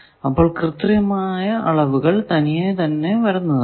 അപ്പോൾ കൃത്യമായ അളവുകൾ തനിയെ തന്നെ വരുന്നതാണ്